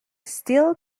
still